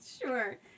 Sure